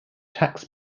tax